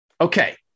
okay